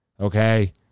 Okay